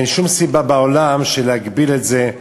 אין שום סיבה בעולם להגביל את זה.